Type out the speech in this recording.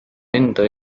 enda